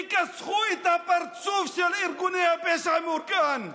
תכסחו את הפרצוף של ארגוני הפשע המאורגן,